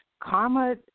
Karma